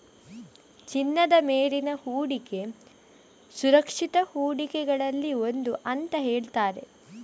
ಚಿನ್ನದ ಮೇಲಿನ ಹೂಡಿಕೆ ಸುರಕ್ಷಿತ ಹೂಡಿಕೆಗಳಲ್ಲಿ ಒಂದು ಅಂತ ಹೇಳ್ತಾರೆ